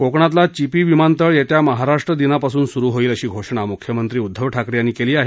कोकणातला चिपी विमानतळ येत्या महाराष्ट्र दिनापासून सुरू होईल अशी घोषणा मुख्यमंत्री उद्दव ठाकरे यांनी केली आहे